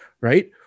Right